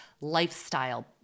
lifestyle